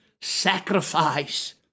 Sacrifice